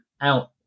out